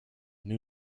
new